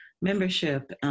membership